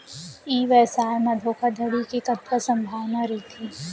ई व्यवसाय म धोका धड़ी के कतका संभावना रहिथे?